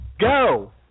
Go